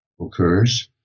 occurs